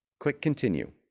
click continue.